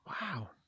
Wow